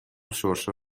شرشر